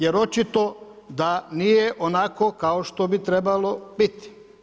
Jer očito da nije onako kao što bi trebalo biti.